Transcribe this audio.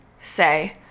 say